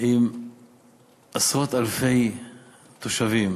עם עשרות אלפי תושבים